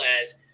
as-